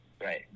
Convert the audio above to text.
Right